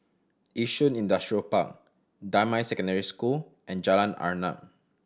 Yishun Industrial Park Damai Secondary School and Jalan Arnap